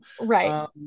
right